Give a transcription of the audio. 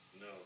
No